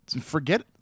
Forget